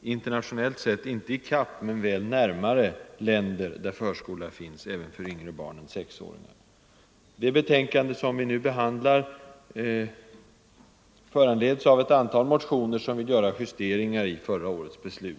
internationellt sett inte i kapp, men väl närmare länder där förskola finns även för yngre barn än sexåringar. Det betänkande som vi nu behandlar föranleds av ett antal motioner, som syftar till justeringar i förra årets beslut.